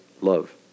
love